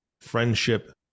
friendship